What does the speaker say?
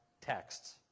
texts